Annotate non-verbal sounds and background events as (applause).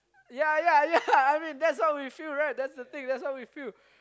yea yea yea (laughs) I mean that's what we feel that's the thing that's what we feel